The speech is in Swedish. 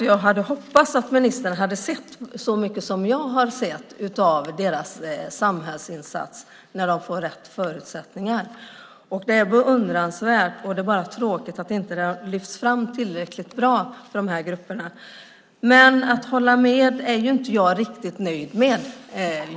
Jag hade hoppats att ministern hade sett lika mycket som jag har sett av deras samhällsinsats när de får rätt förutsättningar. Det är beundransvärt, och det är bara tråkigt att det inte har lyfts fram tillräcklig bra för de här grupperna. Jag är inte riktigt nöjd med att ministern bara håller med.